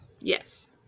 Yes